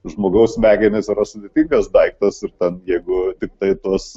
žmogaus smegenys yra sudėtingas daiktas ir ten jeigu tiktai tuos